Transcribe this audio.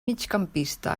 migcampista